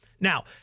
Now